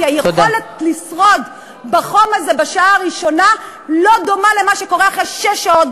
כי היכולת לשרוד בחום הזה בשעה הראשונה לא דומה למה שקורה אחרי שש שעות,